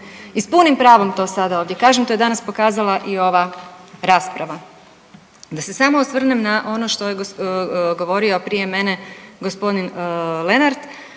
i s punim pravom to sada ovdje kažem, to je danas pokazala i ova rasprava. Da se samo osvrnem na ono što je govorio prije mene g. Lenart